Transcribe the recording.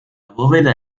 bóveda